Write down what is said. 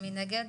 מי נגד?